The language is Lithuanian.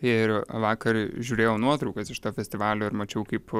ir vakar žiūrėjau nuotraukas iš to festivalio ir mačiau kaip